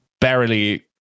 barely